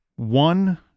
One